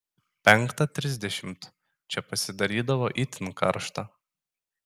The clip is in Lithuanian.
penktą trisdešimt čia pasidarydavo itin karšta